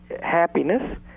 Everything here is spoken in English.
Happiness